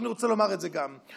אני רוצה לומר את זה גם,